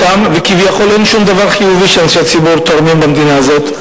וכביכול אין שום דבר חיובי שאנשי הציבור עושים ותורמים למדינה הזאת.